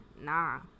nah